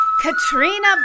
katrina